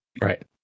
right